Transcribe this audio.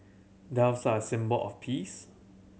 doves are a symbol of peace